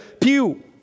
pew